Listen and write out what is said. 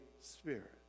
Spirit